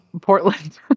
portland